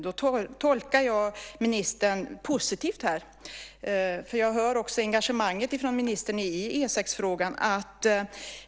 Där tolkar jag ministern positivt, för jag hör också engagemanget från ministern i E 6-frågan.